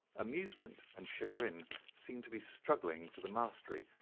amusement and chagrin seemed to be struggling for the mastery,